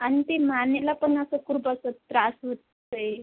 आणि ते मानेला पण असं खूप असं त्रास होतोय